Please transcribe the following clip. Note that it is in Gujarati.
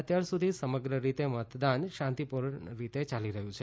અત્યાર સુધી સમગ્ર રીતે મતદાન શાંતિપૂર્ણ રીતે ચાલી રહ્યું છે